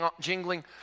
jingling